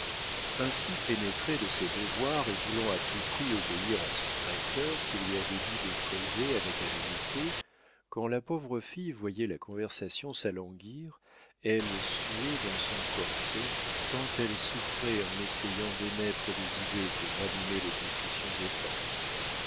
ainsi pénétrée de ses devoirs et voulant à tout prix obéir à son directeur qui lui avait dit de causer avec aménité quand la pauvre fille voyait la conversation s'alanguir elle suait dans son corset tant elle souffrait en essayant d'émettre des idées pour ranimer les discussions éteintes